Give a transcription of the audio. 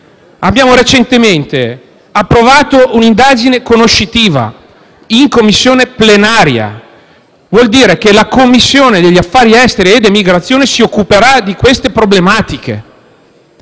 Abbiamo recentemente approvato un'indagine conoscitiva in Commissione plenaria; ciò vuol dire che la Commissione affari esteri, emigrazione si occuperà di queste problematiche.